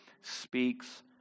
speaks